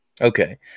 Okay